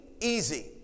easy